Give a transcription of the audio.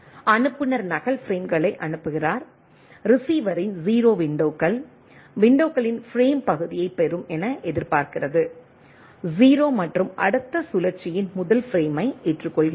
அனுப்புநர் நகல் பிரேம்களை அனுப்புகிறார் ரிசீவரின் 0 விண்டோகள் விண்டோகளின் பிரேம் பகுதியைப் பெறும் என எதிர்பார்க்கிறது 0 மற்றும் அடுத்த சுழற்சியின் முதல் பிரேமை ஏற்றுக்கொள்கிறது